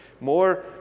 more